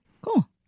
Cool